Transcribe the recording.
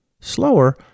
slower